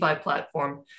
platform